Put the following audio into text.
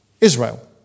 Israel